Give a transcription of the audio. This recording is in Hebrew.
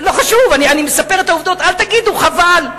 לא חשוב, אני מספר את העובדות, אל תגידו, חבל.